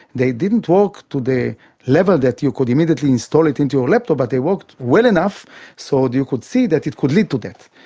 they didn't work to the level that you could immediately install it into a laptop, but they worked well enough so and you could see that it could lead to that.